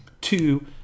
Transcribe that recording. Two